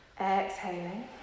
Exhaling